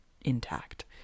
intact